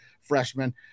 freshman